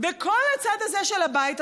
וכל הצד הזה של הבית,